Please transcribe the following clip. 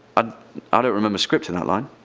ah ah don't remember scripting that line.